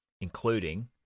including